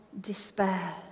despair